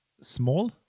small